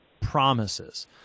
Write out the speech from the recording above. promises